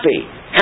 happy